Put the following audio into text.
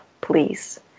please